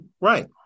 right